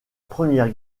première